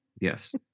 yes